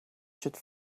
should